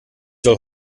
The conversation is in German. soll